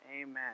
Amen